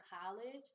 college